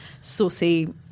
saucy